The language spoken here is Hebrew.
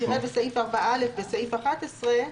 תראה בסעיף 4(א) בעמוד 11,